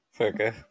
Okay